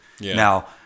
now